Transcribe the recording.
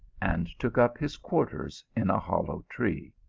and took up his quarters in a hollow tree.